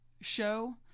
show